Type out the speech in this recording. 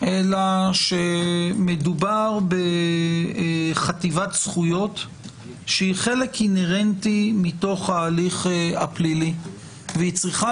אלא שמדובר בחטיבת זכויות שהיא חלק אינהרנטי מתוך ההליך הפלילי והיא צריכה